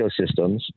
ecosystems